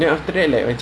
oh my god